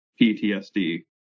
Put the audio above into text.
PTSD